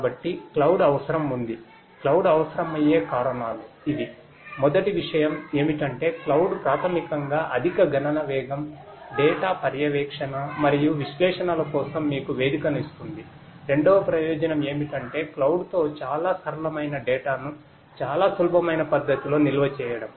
కాబట్టి క్లౌడ్ ను చాలా సులభమైన పద్ధతిలో నిల్వ చేయడం